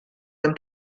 them